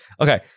Okay